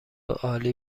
عالی